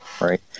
right